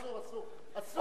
אסור, אסור.